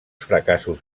fracassos